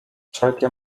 wszelkie